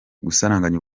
gusaranganya